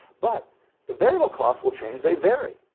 but the variable cost will change. they vary,